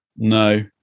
No